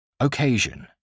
Occasion